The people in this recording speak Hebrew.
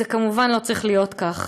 כמובן, זה לא צריך להיות כך.